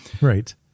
Right